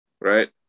right